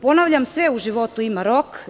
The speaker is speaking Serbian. Ponavljam, sve u životu ima rok.